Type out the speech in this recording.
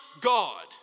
God